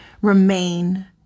remain